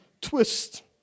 twist